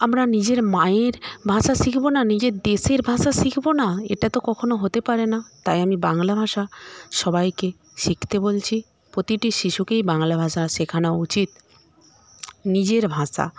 আমরা নিজের মায়ের ভাষা শিখব না নিজের দেশের ভাষা শিখব না এটা তো কখনও হতে পারেনা তাই আমি বাংলা ভাষা সবাইকে শিখতে বলছি প্রতিটি শিশুকেই বাংলা ভাষা শেখানো উচিত নিজের ভাষা